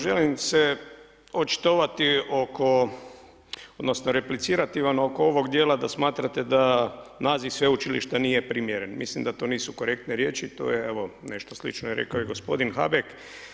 Želim se očitovati oko, odnosno replicirati vam oko ovog djela da smatrate da naziv sveučilišta nije primjeren, mislim da to nisu korektne riječi, to je evo nešto slično je rekao i gospodin Habek.